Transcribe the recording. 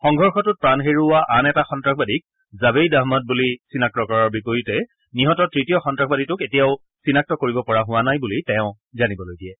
সংঘৰ্ষটোত প্ৰাণ হেৰুওৱা আন এটা সন্নাসবাদীক জাভেইদ আহমদ বুলি চিনাক্ত কৰাৰ বিপৰীতে নিহত তৃতীয় সন্তাসবাদীটোক এতিয়াও চিনাক্ত কৰিব পৰা হোৱা নাই বুলি তেওঁ জানিবলৈ দিয়ে